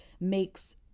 makes